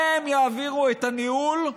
להם יעבירו את הניהול.